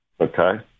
okay